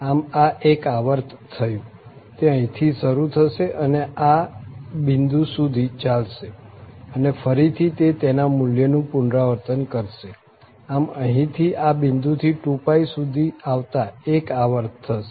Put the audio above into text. આમ આ એક આવર્ત થયું તે અહી થી શરુ થશે અને આ આ બિંદુ સુધી ચાલશે અને ફરી થી તે તેના મુલ્યનું પુનરાવર્તન કરશે આમ અહીં થી આ બિંદુથી 2π સુધી આવતા એક આવર્ત થશે